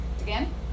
Again